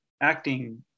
acting